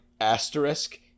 asterisk